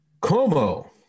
Como